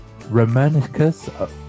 Romanicus